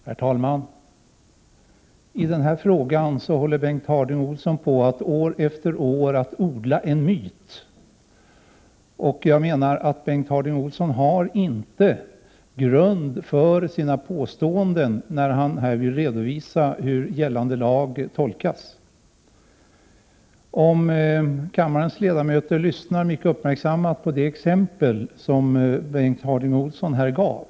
Herr talman! I den här frågan försöker Bengt Harding Olson år efter år odla en myt. Men jag menar att det inte finns någon grund för Bengt Harding Olsons påståenden här om hur gällande lag tolkas. Kammarens ledamöter lyssnade kanske mycket uppmärksamt på de exempel som Bengt Harding Olson här anförde.